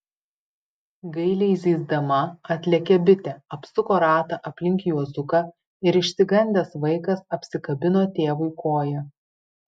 gailiai zyzdama atlėkė bitė apsuko ratą aplink juozuką ir išsigandęs vaikas apsikabino tėvui koją